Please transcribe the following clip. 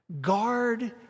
guard